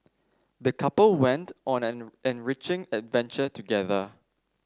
the couple went on an enriching adventure together